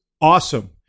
awesome